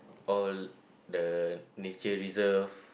all the nature reserve